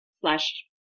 slash